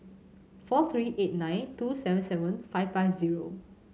four three eight nine two seven seven five five zero